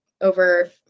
over